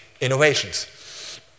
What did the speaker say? innovations